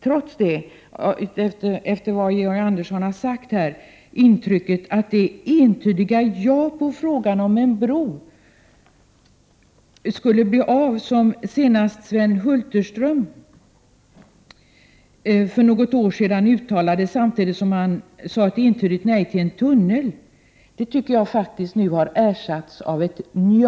Efter vad Georg Andersson har sagt här får man intrycket att det entydiga ja som Sven Hulterström för något år sedan gav på frågan om en bro skulle bli av, samtidigt som han uttalade ett entydigt nej till en tunnel, nu har ersatts av ett nja.